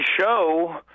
show